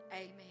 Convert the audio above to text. Amen